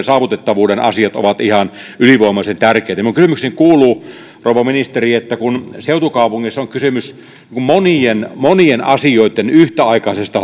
saavutettavuuden asiat ovat ihan ylivoimaisen tärkeitä minun kysymykseni kuuluu rouva ministeri kun seutukaupungeissa on kysymys monien monien asioitten yhtäaikaisesta